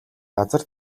газар